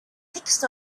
fixed